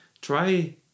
try